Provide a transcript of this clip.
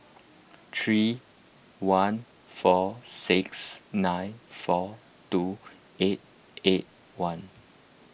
three one four six nine four two eight eight one